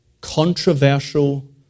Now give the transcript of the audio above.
controversial